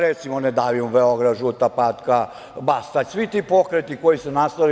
Recimo, „Ne davimo Beograd“, „Žuta patka“, Bastać, svi ti pokreti koji su nastali.